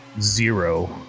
zero